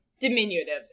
diminutive